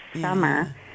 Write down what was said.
summer